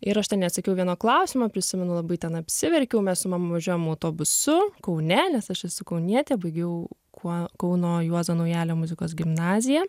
ir aš ten neatsakiau vieno klausimo prisimenu labai ten apsiverkiau mes su mama važiuojam autobusu kaune nes aš esu kaunietė baigiau kuo kauno juozo naujalio muzikos gimnaziją